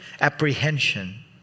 apprehension